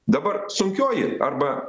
dabar sunkioji arba